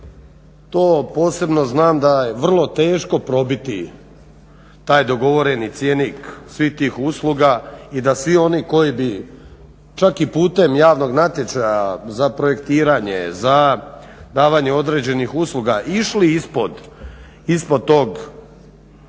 To posebno znam da je vrlo teško probiti taj dogovoreni cjenik svih tih usluga i da svi oni koji bi čak i putem javnog natječaja za projektiranje, za davanje određenih usluga išli ispod tog